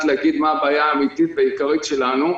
להגיד מה הבעיה האמיתית והעיקרית שלנו.